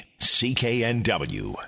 CKNW